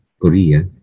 Korea